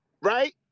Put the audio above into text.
right